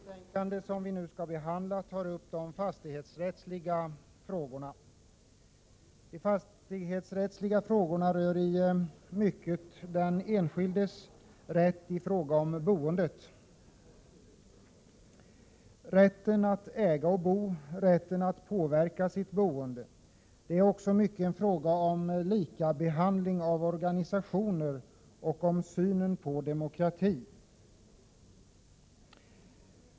Fru talman! Det betänkande vi nu skall behandla tar upp de fastighetsrättsliga frågorna. De fastighetsrättsliga frågorna rör i mycket den enskildes rätt i fråga om boendet — rätten att äga och bo, rätten att påverka sitt boende. Det är också mycket en fråga om likabehandling av organisationer och om synen på demokrati.